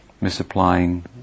misapplying